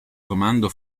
comando